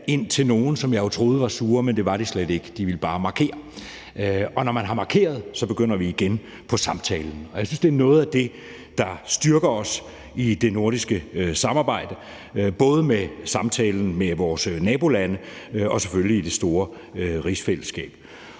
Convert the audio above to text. ind til nogle, som jeg jo troede var sure, men det var de slet ikke. De ville bare markere. Når man har markeret, begynder vi igen på samtalen, og jeg synes, at det er noget af det, der styrker os i det nordiske samarbejde, både samtalen med vores nabolande og selvfølgelig det store rigsfællesskab.